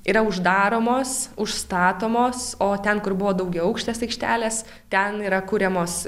yra uždaromos užstatomos o ten kur buvo daugiaaukštės aikštelės ten yra kuriamos